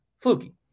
fluky